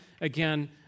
again